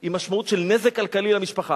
היא משמעות של נזק כלכלי למשפחה.